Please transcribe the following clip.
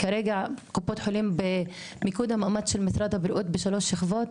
כרגע קופות חולים במיקוד המאמץ של משרד הבריאות בשלוש שכבות,